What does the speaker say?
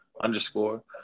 underscore